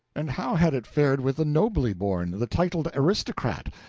and how had it fared with the nobly born, the titled aristocrat,